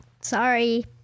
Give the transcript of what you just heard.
sorry